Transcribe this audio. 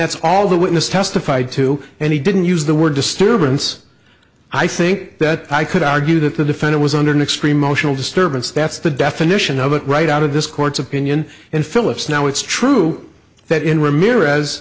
that's all the witness testified to and he didn't use the word disturbance i think that i could argue that the defendant was under next three motional disturbance that's the definition of it right out of this court's opinion and phillips now it's true that in ramirez